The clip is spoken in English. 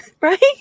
Right